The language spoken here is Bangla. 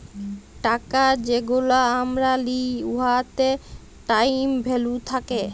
টাকা যেগলা আমরা লিই উয়াতে টাইম ভ্যালু থ্যাকে